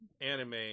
anime